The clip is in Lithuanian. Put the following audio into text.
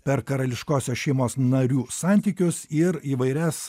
per karališkosios šeimos narių santykius ir įvairias